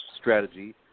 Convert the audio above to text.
strategy